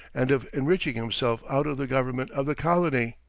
and of enriching himself out of the government of the colony!